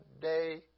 day